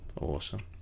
awesome